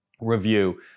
review